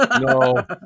no